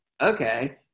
okay